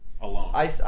alone